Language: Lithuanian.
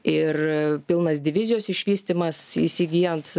ir pilnas divizijos išvystymas įsigyjant